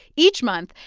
each month.